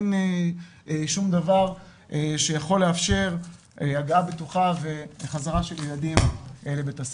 אין שום דבר שיכול לאפשר הגעה בטוחה וחזרה של ילדים לבית הספר.